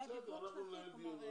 בסדר, אנחנו ננהל דיון.